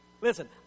Listen